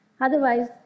Otherwise